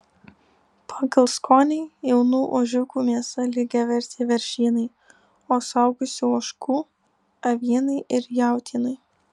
pagal skonį jaunų ožiukų mėsa lygiavertė veršienai o suaugusių ožkų avienai ir jautienai